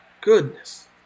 goodness